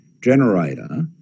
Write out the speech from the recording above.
generator